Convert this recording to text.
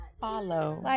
Follow